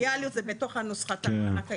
פריפריאליות זה בתוך הנוסחה של מענק האיזון,